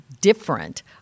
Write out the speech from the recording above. different